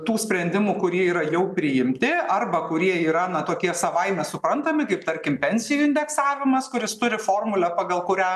tų sprendimų kurie yra jau priimti arba kurie yra na tokie savaime suprantami kaip tarkim pensijų indeksavimas kuris turi formulę pagal kurią